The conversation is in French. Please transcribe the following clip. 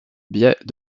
biais